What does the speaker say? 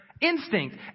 Instinct